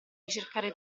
ricercare